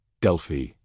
Delphi